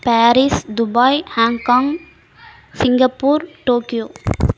Paris Dubai Hong Kong Singapore Tokyo